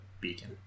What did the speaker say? Beacon